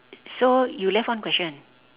so you left one question